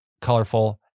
colorful